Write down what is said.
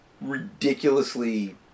ridiculously